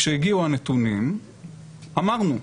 כשהגיעו הנתונים אמרנו: